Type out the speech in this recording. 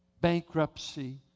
bankruptcy